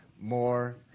more